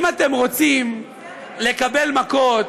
לא מתביישים זה, אם אתם רוצים לקבל מכות,